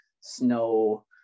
snow